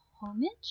Homage